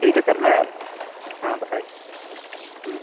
ٹھیک ہے سر میں ہاں بتائیے ہوں